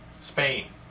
Spain